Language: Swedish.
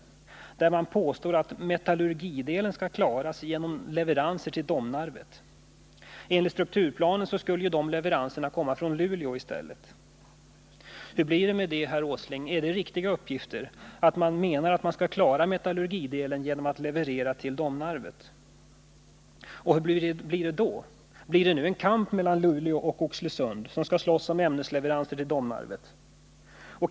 Det påstås att metallurgidelen skall klaras genom leveranser till Domnarvet. Enligt strukturplanen skulle de leveranserna komma från Luleå i stället. Hur blir det med det, herr Åsling? Är de uppgifterna riktiga, att metallurgidelen skall kunna klaras genom leveranser till Domnarvet? Och hur blir det då? Blir det då en kamp mellan Luleå och Oxelösund, som får slåss om ämnesleveranser till Domnarvet?